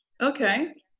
Okay